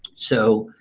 so,